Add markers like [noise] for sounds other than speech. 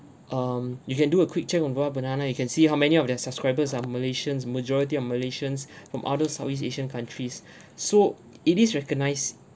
um you can do a quick check on Wahbanana you can see how many of their subscribers are malaysians majority of malaysians [breath] from other southeast asian countries [breath] so it is recognised